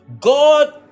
God